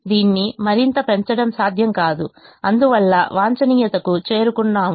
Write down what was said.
దీన్ని మరింత పెంచడం సాధ్యం కాదు అందువల్ల వాంఛనీయతకు చేరుకున్నాము